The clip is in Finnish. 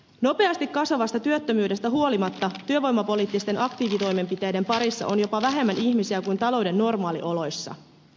nopeasti kasvavasta työttömyydestä huolimatta työvoimapoliittisten aktiivitoimenpiteiden parissa on jopa vähemmän ihmisiä kuin talouden normaalioloissa